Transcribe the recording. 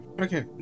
Okay